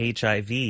HIV